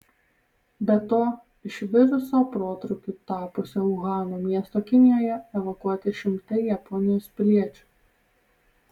be to iš viruso protrūkiu tapusio uhano miesto kinijoje evakuoti šimtai japonijos piliečių